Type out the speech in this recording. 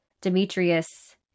Demetrius